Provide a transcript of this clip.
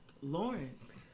Lawrence